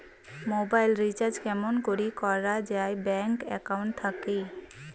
Mobile recharge কেমন করি করা যায় ব্যাংক একাউন্ট থাকি?